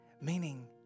meaning